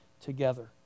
together